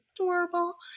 adorable